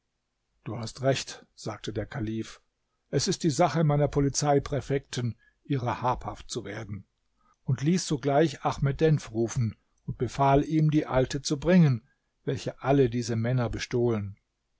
du hast recht sagte der kalif es ist die sache meiner polizeipräfekten ihrer habhaft zu werden und ließ sogleich ahmed denf rufen und befahl ihm die alte zu bringen welche alle diese männer bestohlen